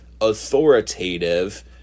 authoritative